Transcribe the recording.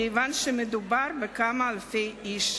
כי מדובר בכמה אלפי איש.